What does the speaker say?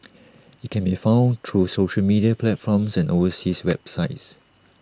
IT can be found through social media platforms and overseas websites